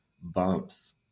bumps